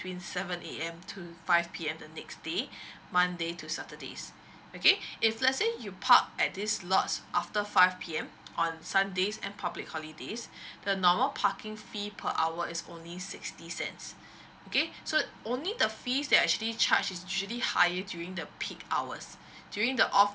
seven A_M to five P_M the next day monday to saturdays okay if let's say you park at these lots after five P_M on sundays and public holidays the normal parking fee per hour is only sixty cents okay so only the fees that is actually charge is usually higher during the peak hours during the off peak